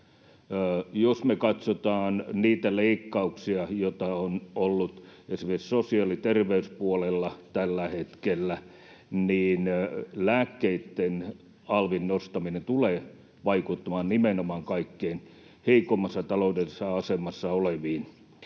Jos me katsotaan niitä leikkauksia, joita on ollut esimerkiksi sosiaali- ja terveyspuolella tällä hetkellä, niin lääkkeitten alvin nostaminen tulee vaikuttamaan nimenomaan kaikkein heikoimmassa taloudellisessa asemassa oleviin.